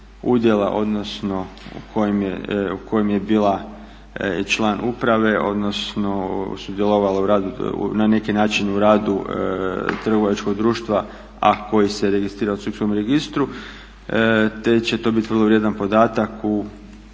udjela odnosno u kojem je bila član uprave odnosno sudjelovala na neki način u radu trgovačkog društva, a koji se registrira u sudskom registru te će to biti vrlo vrijedan podatak u